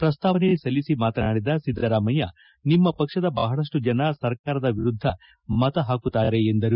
ಪ್ರಸ್ತಾವನೆ ಸಲ್ಲಿಸಿದ ಮಾತನಾಡಿದ ಸಿದ್ದರಾಮಯ್ಯ ನಿಮ್ಮ ಪಕ್ಷದ ಬಹಳ ಜನರು ಸರಕಾರ ವಿರುದ್ಧ ಮತ ಪಾಕುತ್ತಾರೆ ಎಂದರು